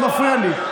זה מפריע לי.